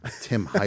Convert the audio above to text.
Tim